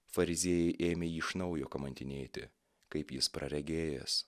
fariziejai ėmė jį iš naujo kamantinėti kaip jis praregėjęs